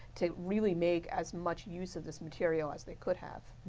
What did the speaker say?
to really make as much use of this material as they could have.